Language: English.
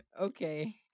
Okay